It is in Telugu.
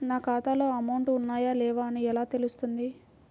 నా ఖాతాలో అమౌంట్ ఉన్నాయా లేవా అని ఎలా తెలుస్తుంది?